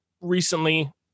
recently